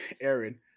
Aaron